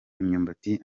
imyumbati